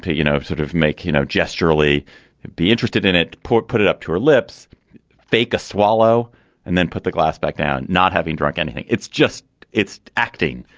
you know sort of make you know gesture really be interested in it. paul put it up to her lips bake a swallow and then put the glass back down not having drank anything. it's just it's acting.